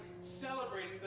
celebrating